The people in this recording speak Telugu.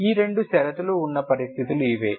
ఈ రెండు షరతులు ఉన్న పరిస్థితులు ఇవే